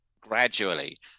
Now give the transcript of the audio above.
gradually